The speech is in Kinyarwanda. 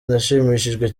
nashimishijwe